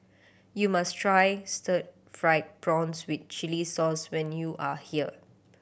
you must try stir fried prawns with chili sauce when you are here